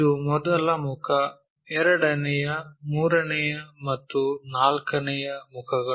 ಇದು ಮೊದಲ ಮುಖ ಎರಡನೆಯ ಮೂರನೇ ಮತ್ತು ನಾಲ್ಕನೇ ಮುಖಗಳು